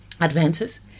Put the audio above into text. advances